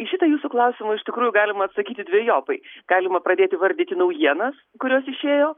į šitą jūsų klausimą iš tikrųjų galima atsakyti dvejopai galima pradėti vardyti naujienas kurios išėjo